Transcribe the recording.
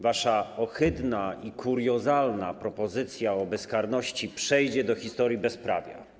Wasza ohydna i kuriozalna propozycja bezkarności przejdzie do historii bezprawia.